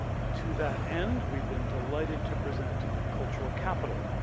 to that end, we've been delighted to present cultural capital,